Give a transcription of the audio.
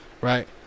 right